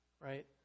Right